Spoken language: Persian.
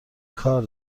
کار